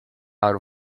out